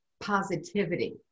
positivity